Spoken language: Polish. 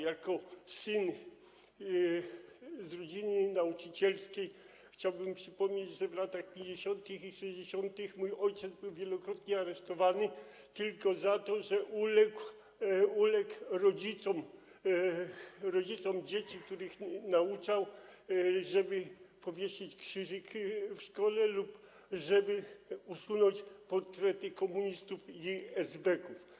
Jako syn z rodziny nauczycielskiej chciałbym przypomnieć, że w latach 50. i 60. mój ojciec był wielokrotnie aresztowany tylko za to, że uległ rodzicom dzieci, których nauczał, żeby powiesić krzyżyk w szkole lub żeby usunąć portrety komunistów i esbeków.